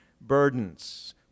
burdens